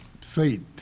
faith